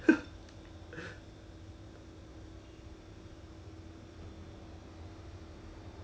她 confirm 不要 ah only drink a little bit of beer ah then she also like 叫我不要喝 liao